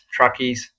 truckies